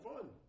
fun